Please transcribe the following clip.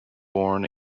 born